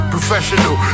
Professional